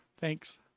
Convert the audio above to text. Thanks